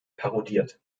parodiert